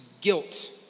guilt